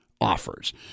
offers